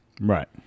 right